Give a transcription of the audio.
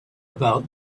about